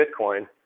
Bitcoin